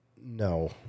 No